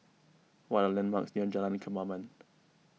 what are the landmarks near Jalan Kemaman